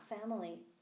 family